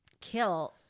Kill